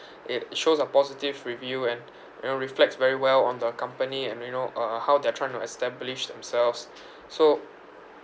it shows a positive review and you know reflects very well on the company and you know uh how they're trying to establish themselves so